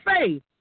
faith